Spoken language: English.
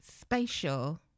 Spatial